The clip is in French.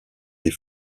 des